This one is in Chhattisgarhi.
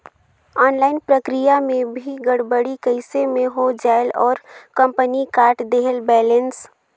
ऑनलाइन प्रक्रिया मे भी गड़बड़ी कइसे मे हो जायेल और कंपनी काट देहेल बैलेंस?